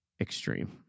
extreme